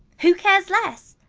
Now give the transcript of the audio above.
who cares less?